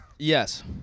Yes